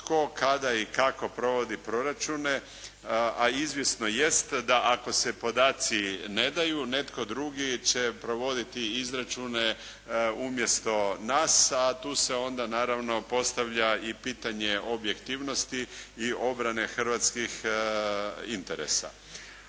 tko, kada i kako provodi proračune, a izvjesno jest da ako se podaci ne daju, netko drugi će provoditi izračune umjesto nas, a tu se onda naravno postavlja i pitanje objektivnosti i obrane hrvatskih interesa.